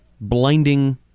blinding